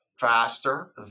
faster